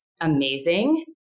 amazing